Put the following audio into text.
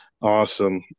awesome